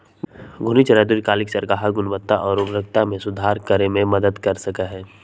घूर्णी चराई दीर्घकालिक चारागाह गुणवत्ता और उर्वरता में सुधार करे में मदद कर सका हई